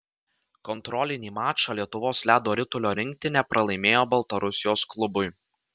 kontrolinį mačą lietuvos ledo ritulio rinktinė pralaimėjo baltarusijos klubui